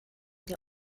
der